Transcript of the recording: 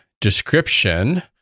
description